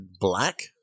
black